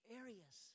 areas